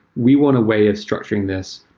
we want a way of structuring this,